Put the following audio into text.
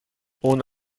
ohne